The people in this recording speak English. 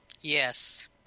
Yes